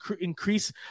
increase